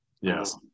yes